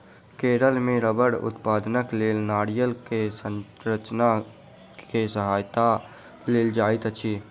केरल मे रबड़ उत्पादनक लेल नारियल के संरचना के सहायता लेल जाइत अछि